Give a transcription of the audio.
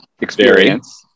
experience